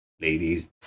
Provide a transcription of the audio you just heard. ladies